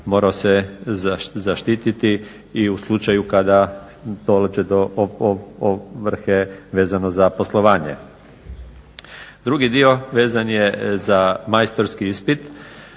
morao se zaštititi i u slučaju kada dođe do ovrhe vezano za poslovanje. Drugi dio vezan je za majstorski ispit